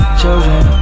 children